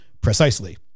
precisely